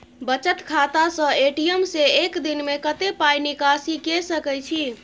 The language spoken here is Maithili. बचत खाता स ए.टी.एम से एक दिन में कत्ते पाई निकासी के सके छि?